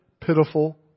pitiful